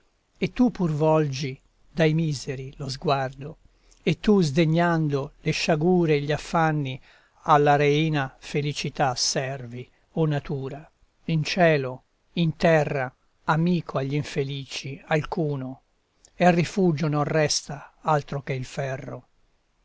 e tu pur volgi dai miseri lo sguardo e tu sdegnando le sciagure e gli affanni alla reina felicità servi o natura in cielo in terra amico agl'infelici alcuno e rifugio non resta altro che il ferro